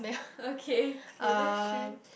okay ya that's true